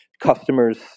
customers